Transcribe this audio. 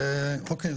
אוקי,